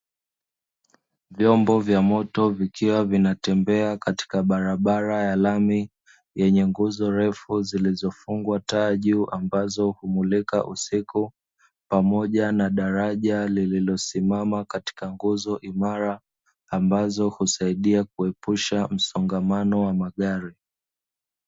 Vyombo vya moto vikiwa vinatembea katika barabara ya lami, yenye nguzo refu zilizofungwa taa juu ambazo humulika usiku, pamoja na daraja lililosimama katika nguzo imara, ambazo husaidia kuepusha msongamano wa magari.